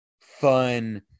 fun